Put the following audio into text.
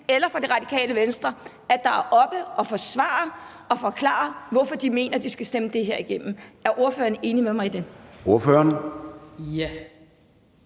eller Radikale Venstre, som er oppe at forsvare og forklare, hvorfor de mener, at de skal stemme det her igennem. Er ordføreren enig med mig i det? Kl.